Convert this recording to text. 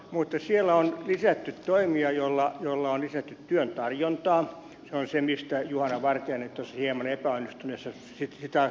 mutta siellä on lisätty toimia joilla on lisätty työn tarjontaa ja se on se mistä juhana vartiainen tuossa hieman epäonnistuneessa sitaatissaan yritti sanoa